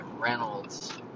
Reynolds